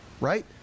right